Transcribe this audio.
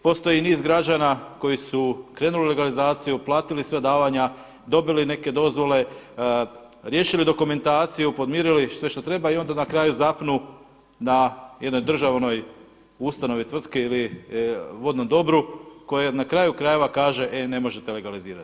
Postoji niz građana koji su krenuli u legalizaciju, platili sva davanja, dobili neke dozvole, riješili dokumentaciju, podmirili sve šta treba i onda na kraju zapnu na jednoj državnoj ustanovi, tvrtki ili vodnom dobru koje na kraju krajeva kaže e ne možete legalizirati.